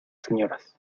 señoras